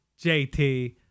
JT